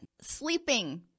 sleeping